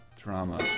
Drama